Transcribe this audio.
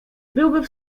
byłby